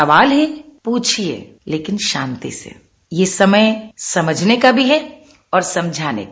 सवाल है प्रछिये लेकिन शांति से यह समय समझने का भी है और समझाने का